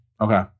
Okay